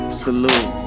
salute